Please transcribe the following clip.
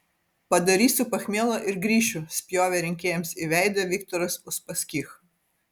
padarysiu pachmielą ir grįšiu spjovė rinkėjams į veidą viktoras uspaskich